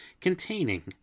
containing